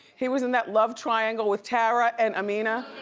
he was in that love triangle with tara and amina.